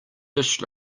dish